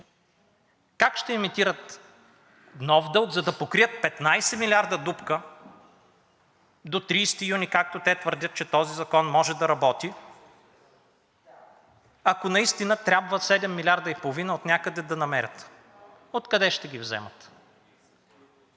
Как ще емитират нов дълг, за да покрият 15 милиарда дупка до 30 юни, както те твърдят, че този закон може да работи, ако наистина трябва 7,5 милиарда отнякъде да намерят, откъде ще ги вземат?